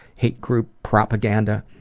hate group propaganda.